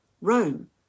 Rome